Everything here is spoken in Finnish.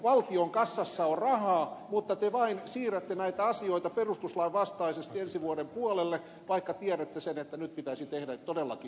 valtion kassassa on rahaa mutta te vain siirrätte näitä asioita perustuslain vastaisesti ensi vuoden puolelle vaikka tiedätte sen että nyt pitäisi tehdä todellakin jotain